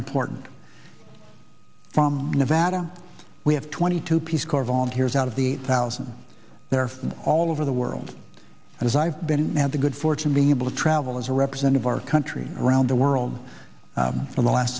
important from nevada we have twenty two peace corps volunteers out of the eight thousand there are from all over the world as i've been at the good fortune being able to travel as a representative our country around the world for the last